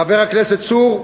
חבר הכנסת צור,